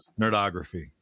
nerdography